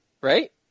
right